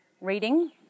reading